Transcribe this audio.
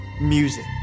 music